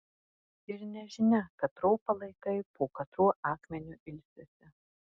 ir nežinia katro palaikai po katruo akmeniu ilsisi